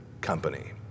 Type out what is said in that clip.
company